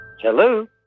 Hello